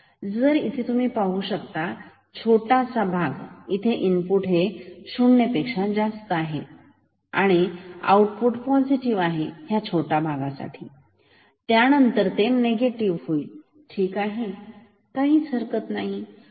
तर इथे तुम्ही पाहू शकता हा छोटासा भाग येथे इनपुट हे शून्य पेक्षा जास्त आहे तर आउट हे पॉझिटिव्ह होईल या छोट्या भागासाठी त्यानंतर ते निगेटिव्ह होईल ठीक आहे काही हरकत नाही